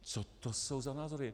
Co to jsou za názory?